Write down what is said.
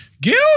Guilty